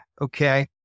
Okay